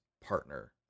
partner